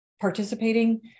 participating